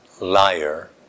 liar